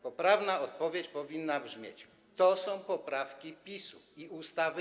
Poprawna odpowiedź powinna brzmieć: to są poprawki PiS-u i ustawy